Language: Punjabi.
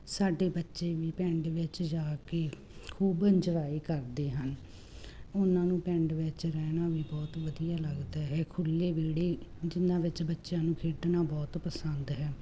ਸਾਡੇ ਬੱਚੇ ਵੀ ਪਿੰਡ ਵਿੱਚ ਜਾ ਕੇ ਖੂਬ ਇੰਜੋਏ ਕਰਦੇ ਹਨ ਉਹਨਾਂ ਨੂੰ ਪਿੰਡ ਵਿੱਚ ਰਹਿਣਾ ਵੀ ਬਹੁਤ ਵਧੀਆ ਲੱਗਦਾ ਹੈ ਖੁੱਲ੍ਹੇ ਵਿਹੜੇ ਜਿਹਨਾਂ ਵਿੱਚ ਬੱਚਿਆਂ ਨੂੰ ਖੇਡਣਾ ਬਹੁਤ ਪਸੰਦ ਹੈ